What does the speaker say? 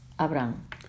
Abraham